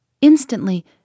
Instantly